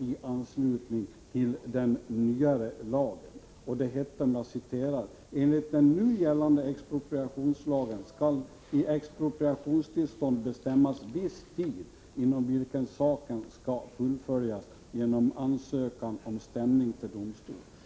i anslutning till den nyare lagen. Det hette: ”Enligt den nu gällande expropriationslagen skall i expropriationstillstånd bestämmas viss tid, inom vilken saken skall fullföljas genom ansökan om stämning till domstol.